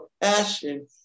passion